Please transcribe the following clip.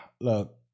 Look